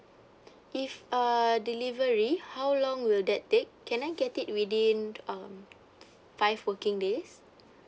if uh delivery how long will that take can I get it within um five working days